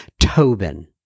Tobin